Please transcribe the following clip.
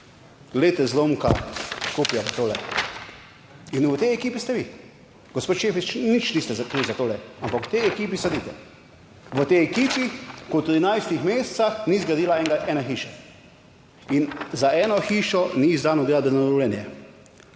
glejte zlomka, kopijo tole in v tej ekipi ste vi, gospod Šefic, nič niste krivi za tole, ampak v tej ekipi sedite, v tej ekipi, ko v 13 mesecih ni zgradila enega, ene hiše in za eno hišo ni izdano gradbeno dovoljenje.